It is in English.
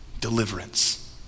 deliverance